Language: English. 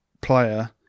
player